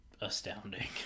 astounding